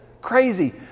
crazy